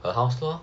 her house lor